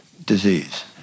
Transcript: disease